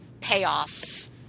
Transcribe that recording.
payoff